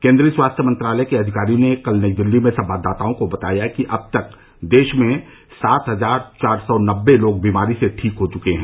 केंद्रीय स्वास्थ्य मंत्रालय के अधिकारी ने कल नई दिल्ली में संवाददाताओं को बताया कि अब तक देश में सात हजार चार सौ नब्बे लोग बीमारी से ठीक हो चुके हैं